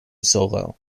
solo